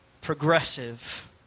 progressive